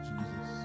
Jesus